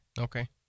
Okay